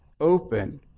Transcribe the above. open